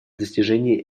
достижении